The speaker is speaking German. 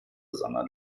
sondern